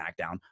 SmackDown